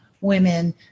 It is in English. women